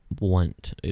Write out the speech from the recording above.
want